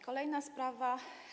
Kolejna sprawa.